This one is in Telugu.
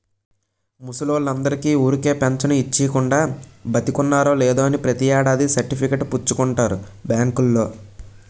ముసలోల్లందరికీ ఊరికే పెంచను ఇచ్చీకుండా, బతికున్నారో లేదో అని ప్రతి ఏడాది సర్టిఫికేట్ పుచ్చుకుంటారు బాంకోల్లు